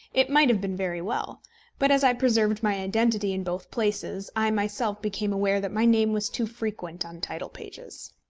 it might have been very well but as i preserved my identity in both places, i myself became aware that my name was too frequent on title-pages.